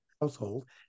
household